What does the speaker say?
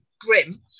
grim